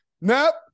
nope